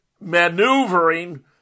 maneuvering